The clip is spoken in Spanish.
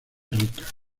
rica